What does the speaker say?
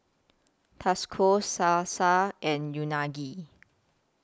Tacos Salsa and Unagi